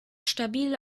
stabil